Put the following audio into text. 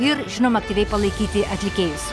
ir žinoma aktyviai palaikyti atlikėjus